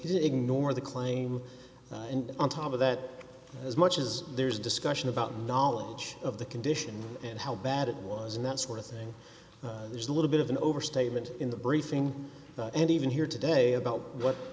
ignore the claim and on top of that as much as there's discussion about knowledge of the condition and how bad it was and that sort of thing there's a little bit of an overstatement in the briefing and even here today about what